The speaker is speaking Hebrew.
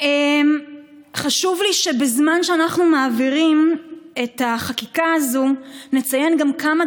חשוב לי שבזמן שאנחנו מעבירים את החקיקה הזאת נציין גם כמה